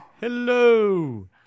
Hello